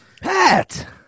Pat